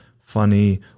funny